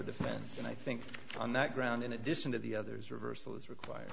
defense and i think on that ground in addition to the others reversal is required